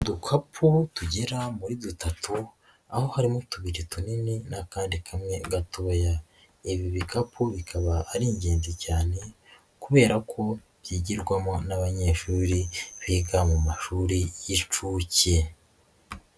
Udukapu tugera muri dutatu aho harimo tubiri tunini n'akandi kamwe gatoya, ibi bikapu bikaba ari ingenzi cyane kubera ko byigirwamo n'abanyeshuri biga mu mashuri y'inshuke.